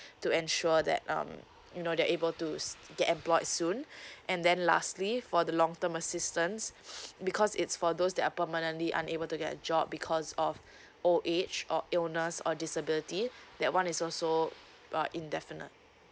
to ensure that um you know they able to get employed soon and then lastly for the long term assistance because it's for those that are permanently unable to get a job because of old age or illness or disability that one is also uh indefinite